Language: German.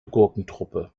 gurkentruppe